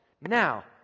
Now